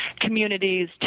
communities